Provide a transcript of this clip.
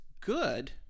good